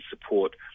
support